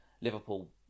Liverpool